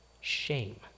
shame